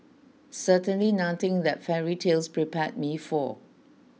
certainly nothing that fairy tales prepared me for